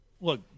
look